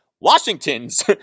Washington's